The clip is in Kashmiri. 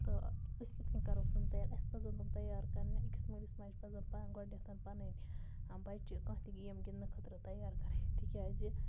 تہٕ أسۍ کِتھ کنۍ کَروکھ تِم تَیار اَسہِ پَزَن تِم تَیار کَرٕنۍ أکِس مٲلِس ماجہِ پَزَن پانہٕ گۄڈنیٚتھ پَنٕنۍ بَچہٕ کانٛہہ تہِ گیم گِنٛدنہٕ خٲطرٕ تَیار کَرٕنۍ تکیازِ